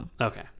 Okay